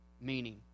meaning